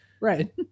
Right